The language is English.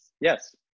Yes